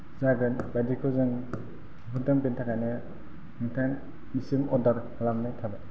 जागोन बादिखौ जों बुहुद दामफोरनि थाखायनो नोंथांनिसिम अर्डार खालामनाय थाबाय